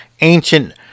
ancient